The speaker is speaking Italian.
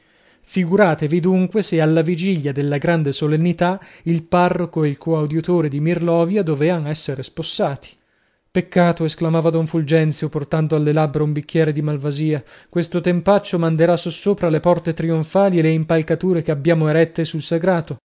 figuratevi dunque se alla vigilia della grande solennità il parroco e il coadiutore di mirlovia dovean esser spossati peccato esclamava don fulgenzio portando alle labbra un bicchiere di malvasia questo tempaccio manderà sossopra le porte trionfali e le impalcature che abbiamo erette sul sagrato domattina